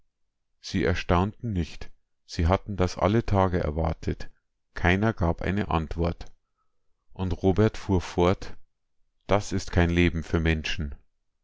sie erstaunten nicht sie hatten das alle tage erwartet keiner gab eine antwort und robert fuhr fort das ist kein leben für menschen